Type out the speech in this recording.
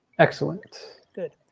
excellent. good,